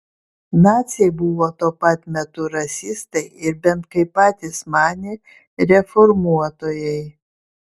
naciai buvo tuo pat metu rasistai ir bent kaip patys manė reformuotojai